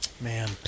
Man